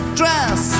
dress